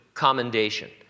commendation